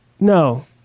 No